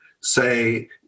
say